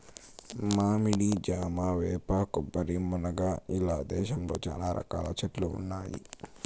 మామిడి, జామ, వేప, కొబ్బరి, మునగ ఇలా దేశంలో చానా రకాల చెట్లు ఉన్నాయి